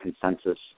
consensus